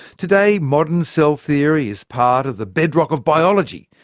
today, modern cell theory is part of the bedrock of biology.